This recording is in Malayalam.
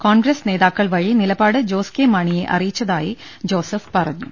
കോൺഗ്രസ് നേതാക്കൾ വഴി നിലപാട് ജോസ് കെ മാണിയെ അറിയിച്ചതായി ജോസഫ് പറഞ്ഞു